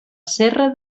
serra